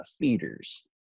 feeders